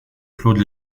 claude